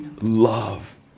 love